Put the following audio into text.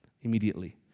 immediately